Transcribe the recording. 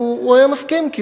הוא היה מסכים,